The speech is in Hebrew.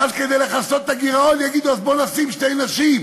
ואז כדי לכסות את הגירעון יגידו: אז בואו נשים שתי נשים.